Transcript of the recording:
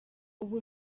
ubu